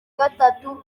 gatatu